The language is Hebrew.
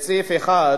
את סעיף 1,